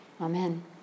Amen